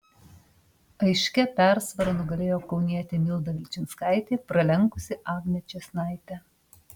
aiškia persvara nugalėjo kaunietė milda vilčinskaitė pralenkusi agnę čėsnaitę